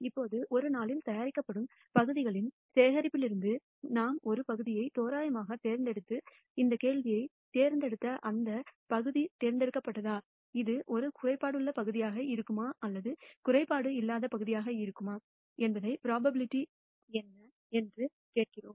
இப்போது ஒரு நாளில் தயாரிக்கப்படும் பகுதிகளின் சேகரிப்பிலிருந்து நாம் ஒரு பகுதியைத் தோராயமாகத் தேர்ந்தெடுத்து இந்த கேள்வியை தேர்ந்தெடுத்த இந்த பகுதி தேர்ந்தெடுக்கப்பட்டதா இது ஒரு குறைபாடுள்ள பகுதியாக இருக்குமா அல்லது குறைபாடு இல்லாத பகுதியாக இருக்கும் ப்ரோபபிலிட்டி என்ன என்று கேட்கிறோம்